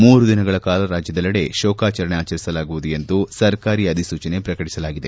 ಮೂರು ದಿನಗಳ ಕಾಲ ರಾಜ್ಯದೆಲ್ಲಡೆ ಶೋಕಾಚರಣೆ ಆಚರಿಸಲಾಗುವುದು ಎಂದು ಸರ್ಕಾರಿ ಅಧಿಸೂಚನೆ ಪ್ರಕಟಿಸಲಾಗಿದೆ